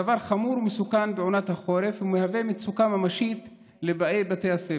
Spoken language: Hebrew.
הדבר חמור ומסוכן בעונת החורף ומהווה מצוקה ממשית לבאי בתי הספר.